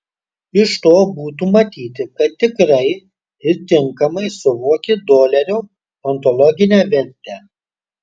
iš to būtų matyti kad tikrai ir tinkamai suvoki dolerio ontologinę vertę